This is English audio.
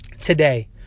today